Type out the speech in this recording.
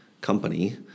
company